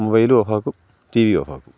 മൊബൈലും ഓഫാക്കും ടീവിയും ഓഫാക്കും